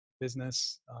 business